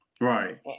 Right